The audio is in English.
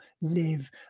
live